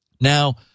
Now